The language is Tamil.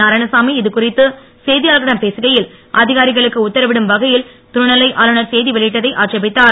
நாராயணசாமி இதுகுறித்து செய்தியாளர்களிடம் பேசுகையில் அதிகாரிகளுக்கு உத்தரவிடும் வகையில் துணைநிலை ஆளுநர் செய்தி வெளியிட்டதை ஆட்சேபித்தார்